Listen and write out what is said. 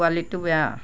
কোৱালিটিটো বেয়া